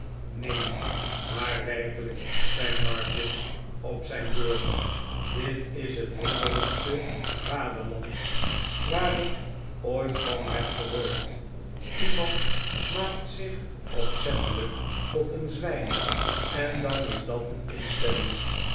neen maar werkelijk zei martin op zijn beurt dit is het wonderlijkste vaderland waar ik ooit van heb gehoord lemand maakt zich opzettelijk tot een zwijn en dan is dat een instelling